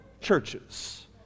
churches